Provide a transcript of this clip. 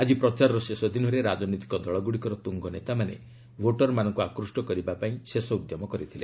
ଆଜି ପ୍ରଚାରର ଶେଷ ଦିନରେ ରାଜନୈତିକ ଦଳଗୁଡ଼ିକର ତୁଙ୍ଗନେତାମାନେ ଭୋଟରମାନଙ୍କୁ ଆକୃଷ୍ଟ କରିବା ପାଇଁ ଶେଷ ଉଦ୍ୟମ କରିଥିଲେ